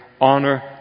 honor